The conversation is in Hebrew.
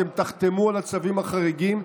אתם תחתמו על הצווים החריגים,